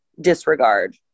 disregard